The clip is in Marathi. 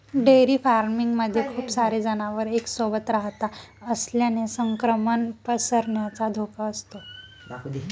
डेअरी फार्मिंग मध्ये खूप सारे जनावर एक सोबत रहात असल्याने संक्रमण पसरण्याचा धोका असतो